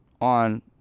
on